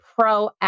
proactive